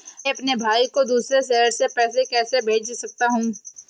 मैं अपने भाई को दूसरे शहर से पैसे कैसे भेज सकता हूँ?